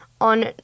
On